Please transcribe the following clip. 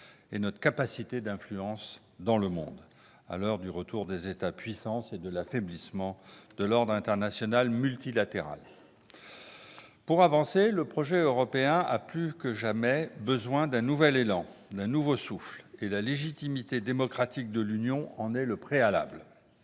et notre capacité d'influence, à l'heure du retour des États-puissances et de l'affaiblissement de l'ordre international multilatéral. Pour avancer, le projet européen a plus que jamais besoin d'un nouvel élan, d'un nouveau souffle, et la légitimité démocratique de l'Union européenne en est le préalable.